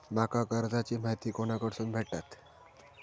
माका कर्जाची माहिती कोणाकडसून भेटात?